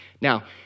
Now